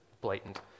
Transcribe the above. blatant